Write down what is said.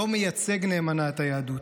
לא מייצג נאמנה את היהדות,